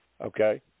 Okay